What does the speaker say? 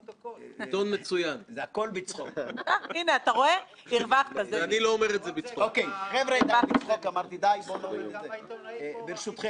הכנסת, החל מתפקיד של עוזר והמשך